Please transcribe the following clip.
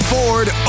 Ford